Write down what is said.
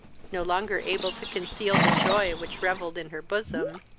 no longer able to conceal the joy which revelled in her bosom,